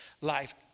life